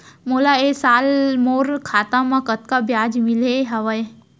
मोला ए साल मोर खाता म कतका ब्याज मिले हवये?